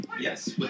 Yes